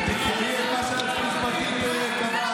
אבל תקראי את מה שהיועצת המשפטית קבעה.